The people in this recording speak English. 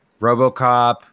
Robocop